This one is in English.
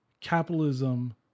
capitalism